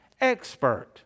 expert